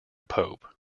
pope